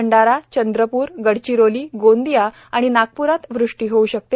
भंडारा चंद्रपूर गडचिरोली गोंदिया आणि नागपुरात वृष्टी होऊ शकते